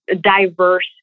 diverse